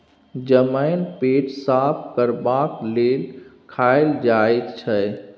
जमैन पेट साफ करबाक लेल खाएल जाई छै